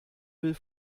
will